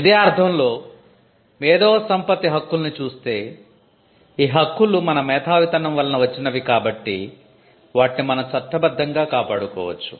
ఇదే అర్ధంలో మేధోసంపత్తి హక్కుల్ని చూస్తే ఈ హక్కులు మన మేధావితనం వలన వచ్చినవి కాబట్టి వాటిని మనం చట్టబద్ధంగా కాపాడుకోవచ్చు